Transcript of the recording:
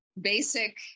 basic